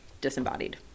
Disembodied